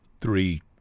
three